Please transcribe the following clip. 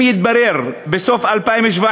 אם יתברר בסוף 2017